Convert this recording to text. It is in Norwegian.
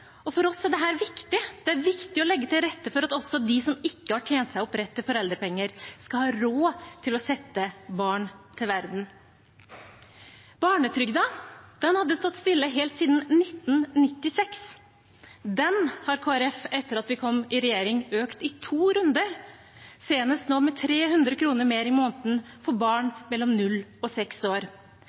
For oss er dette viktig; det er viktig å legge til rette for at også de som ikke har tjent seg opp rett til foreldrepenger, skal ha råd til å sette barn til verden. Barnetrygden hadde stått stille helt siden 1996. Den har Kristelig Folkeparti, etter at vi kom i regjering, økt i to runder – senest nå med 300 kr mer i måneden for barn mellom 0 og 6 år.